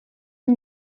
een